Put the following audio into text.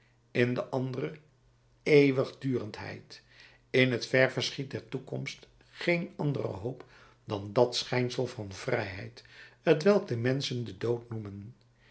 in de andere eeuwigdurendheid in t ver verschiet der toekomst geen andere hoop dan dat schijnsel van vrijheid t welk de menschen den dood noemen